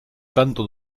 canto